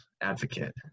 advocate